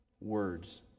words